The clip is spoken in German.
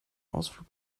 ausflug